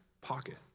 pocket